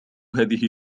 هذه